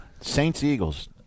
Saints-Eagles